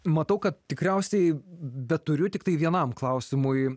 matau kad tikriausiai bet turiu tiktai vienam klausimui